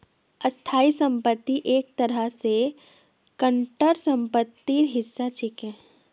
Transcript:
स्थाई संपत्ति एक तरह स करंट सम्पत्तिर हिस्सा छिके